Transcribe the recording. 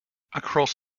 across